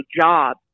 job